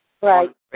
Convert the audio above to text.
Right